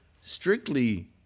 strictly